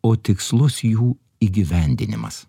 o tikslus jų įgyvendinimas